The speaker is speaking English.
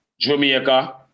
Jamaica